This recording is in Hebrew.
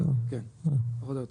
כן פחות או יותר,